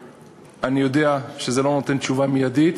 אני יודע שזה לא נותן תשובה מיידית,